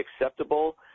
acceptable